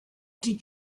did